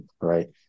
right